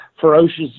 ferocious